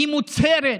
היא מוצהרת.